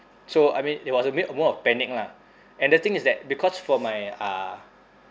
so I mean it was a big moment of panic lah and the thing is that because for my uh